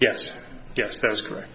yes yes that is correct